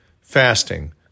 fasting